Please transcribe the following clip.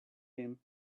him